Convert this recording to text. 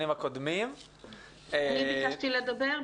אני ביקשתי לדבר,